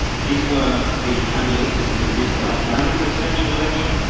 these were the candidates in the recent icelandic presidential election,